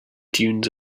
dunes